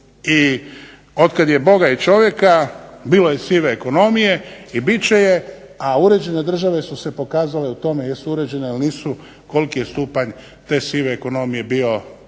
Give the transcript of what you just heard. I od kad je Boga i čovjeka bilo je sive ekonomije i bit će je, a uređene države su se pokazale u tome jesu uređene ili nisu, koliki je stupanj te sive ekonomije bio